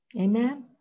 Amen